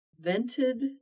vented